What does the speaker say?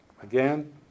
Again